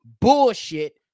bullshit